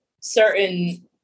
certain